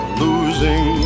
losing